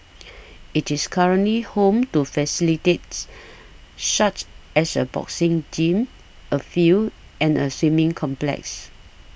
it is currently home to facilities such as a boxing Gym a field and a swimming complex